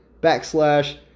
Backslash